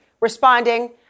responding